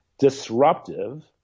Disruptive